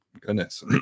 goodness